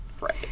Right